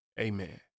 Amen